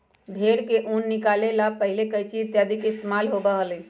भेंड़ से ऊन निकाले ला पहले कैंची इत्यादि के इस्तेमाल होबा हलय